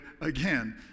again